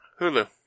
Hulu